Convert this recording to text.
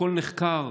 הכול נחקר,